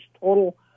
total